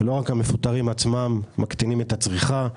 לא רק המפוטרים עצמם מקטינים את הצריכה,